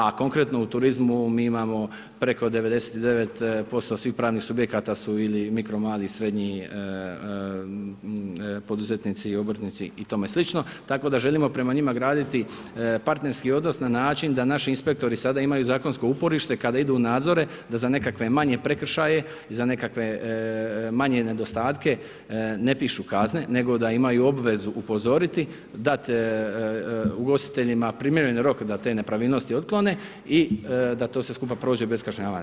A konkretno u turizmu, mi imamo preko 99% svih pravnih subjekata su ili mikro, mali, srednji poduzetnici i obrtnici i tome slično, tako da želimo prema njima graditi partnerski odnos, na način da naši inspektori sada imaju zakonsku uporište, kada idu u nadzore, da za nekakve manje prekršaje i za nekakve manje nedostatke ne pišu kazne, nego da imaju obvezu upozoriti, dati ugostiteljima, primjereni rok da te nepravilnosti otklone i da to sve skupa prođe bez kažnjavanja.